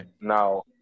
now